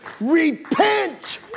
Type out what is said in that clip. Repent